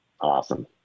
Awesome